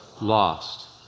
lost